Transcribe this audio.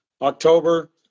October